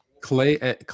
Clay